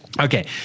Okay